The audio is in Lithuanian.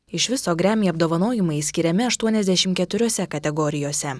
iš viso gremi apdovanojimai skiriami aštuoniasdešimt keturiose kategorijose